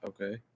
Okay